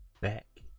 back